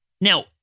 now